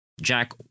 Jack